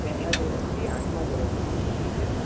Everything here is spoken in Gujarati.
પહેલા ધોરણથી આઠમા ધોરણ સુધીની જોઈએ છે